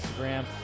Instagram